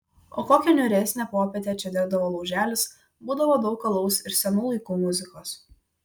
o kokią niūresnę popietę čia degdavo lauželis būdavo daug alaus ir senų laikų muzikos